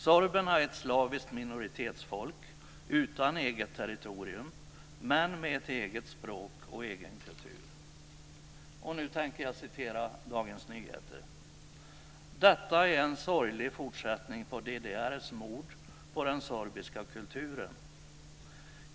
Sorberna är ett slaviskt minoritetsfolk utan eget territorium men med ett eget språk och en egen kultur. Nu tänker jag läsa ur Dagens Nyheter: Detta är en sorglig fortsättning på DDR:s mord på den sorbiska kulturen.